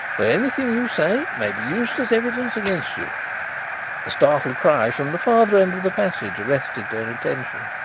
that anything you say may be used as evidence against you. a startled cry from the farther end of the passage arrested their attention.